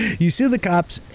you sue the cops.